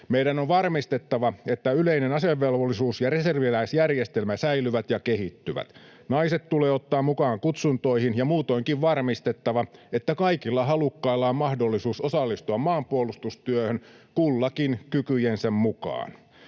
Meidän on varmistettava, että yleinen asevelvollisuus ja reserviläisjärjestelmä säilyvät ja kehittyvät. Naiset tulee ottaa mukaan kutsuntoihin, ja muutoinkin on varmistettava, että kaikilla halukkailla on mahdollisuus osallistua maanpuolustustyöhön, kullakin kykyjensä mukaan.